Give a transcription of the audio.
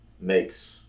makes